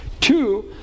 Two